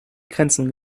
grenzen